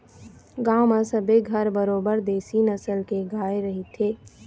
गांव म सबे घर बरोबर देशी नसल के गाय रहिथे